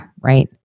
right